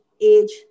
age